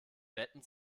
betten